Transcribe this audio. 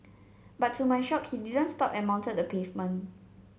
but to my shock he didn't stop and mounted the pavement